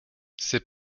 c’est